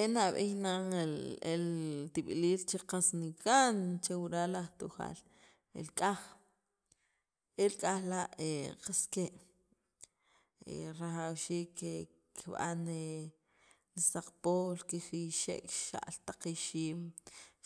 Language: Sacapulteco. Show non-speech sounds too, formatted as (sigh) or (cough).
e nab'eey nan qas nigan che aj wural aj tujaal el k'aj el k'aj la' (hesitation) qas ke'rajawxiik kib'an e li saqpol kijiyxek xa'l taq ixiim,